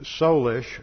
soulish